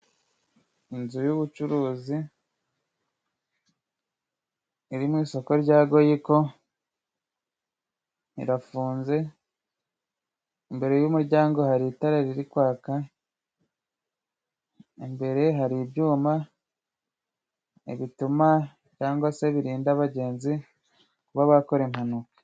Inzu y'ubucuruzi iri mu isoko rya Goyiko. Irafunze. Imbere y'umuryango hari itara riri kwaka. Imbere hari ibyuma bituma cyangwa se birinda abagenzi kuba bakora impanuka.